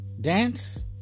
dance